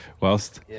whilst